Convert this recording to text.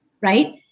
Right